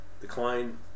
decline